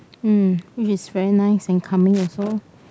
um which is very nice and calming also